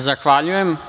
Zahvaljujem.